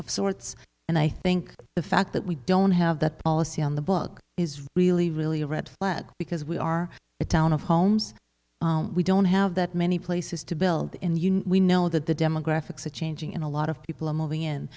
of sorts and i think the fact that we don't have that policy on the book is really really a red flag because we are a town of homes we don't have that many places to build and you know we know that the demographics are changing and a lot of people are moving in